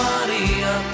Maria